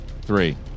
Three